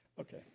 Okay